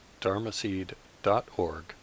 dharmaseed.org